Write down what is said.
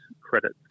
credit